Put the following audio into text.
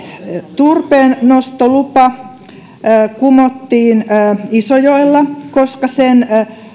turpeennostolupa kumottiin isojoella koska sen